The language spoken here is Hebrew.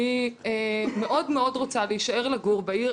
אני מאוד מאוד רוצה להישאר לגור בעיר